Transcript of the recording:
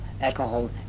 alcohol